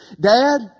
dad